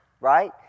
Right